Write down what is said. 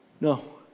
no